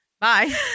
Bye